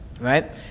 right